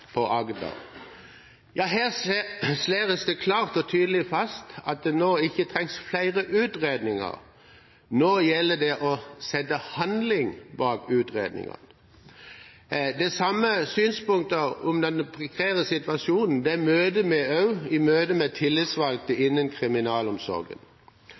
på Agder. Her slås det klart og tydelig fast at det nå ikke trengs flere utredninger, nå gjelder det å sette handling bak utredningene. Det samme synspunktet om den prekære situasjonen ser vi også i møte med tillitsvalgte